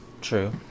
True